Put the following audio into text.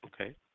okay